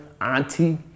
auntie